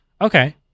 Okay